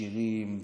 שירים,